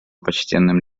почтенным